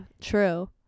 true